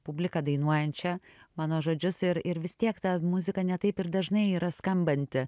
publiką dainuojančią mano žodžius ir ir vis tiek ta muzika ne taip ir dažnai yra skambanti